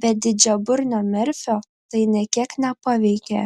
bet didžiaburnio merfio tai nė kiek nepaveikė